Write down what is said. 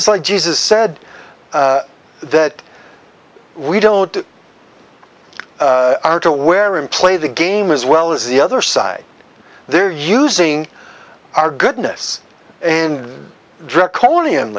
it's like jesus said that we don't are to wear and play the game as well as the other side they're using our goodness and draconian